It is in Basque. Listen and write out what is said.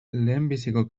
lehenbiziko